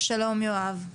שלום יואב.